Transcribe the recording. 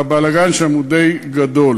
והבלגן שם הוא די גדול.